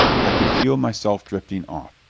i could feel myself drifting off.